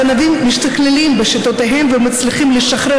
הגנבים משתכללים בשיטותיהם ומצליחים לשחרר